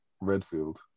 Redfield